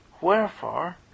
wherefore